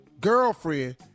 girlfriend